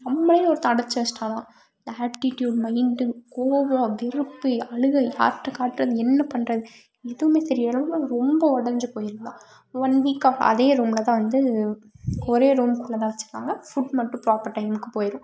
நம்மளே ஒருத்தன் அடைச்சி வச்சுட்டானா அந்த ஆட்டிட்யூட் மைண்டு கோபம் வெறுப்பு அழுகை யார்கிட்ட காட்டுறது என்ன பண்ணுறது எதுவுமே தெரிய தெரியாமல் ரொம்ப உடஞ்சி போயிருந்தாள் ஒன் வீக்காக அதே ரூமில் வந்து ஒரே ரூமில் குள்ளே தான் வச்சுருந்தாங்க ஃபுட் மட்டும் ப்ராப்பர் டைமுக்கு போயிடும்